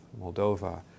Moldova